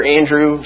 Andrew